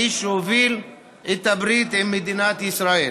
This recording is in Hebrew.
האיש שהוביל את הברית עם מדינת ישראל.